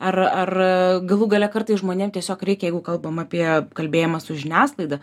ar ar galų gale kartais žmonėm tiesiog reikia jeigu kalbam apie kalbėjimą su žiniasklaida